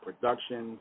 Productions